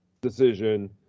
decision